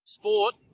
sport